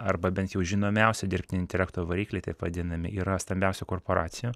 arba bent jau žinomiausi dirbtinio intelekto varikliai taip vadinami yra stambiausių korporacijų